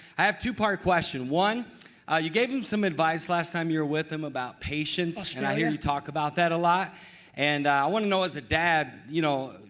i have two-part question, one ah you gave him some advice last time you're with him about patience. australia. and i hear you talk about that a lot and i want to know is that dad you know,